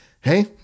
hey